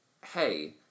hey